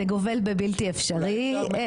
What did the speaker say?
זה גובל בבלתי אפשרי.